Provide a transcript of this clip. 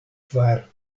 kvar